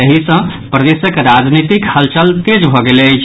एहि सॅ प्रदेशक राजनीतिक हलचल तेज भऽ गेल अछि